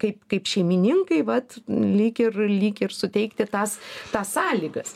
kaip kaip šeimininkai vat lyg ir lyg ir suteikti tas tas sąlygas